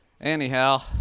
anyhow